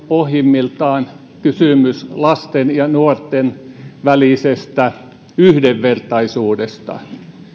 pohjimmiltaan kysymys lasten ja nuorten välisestä yhdenvertaisuudesta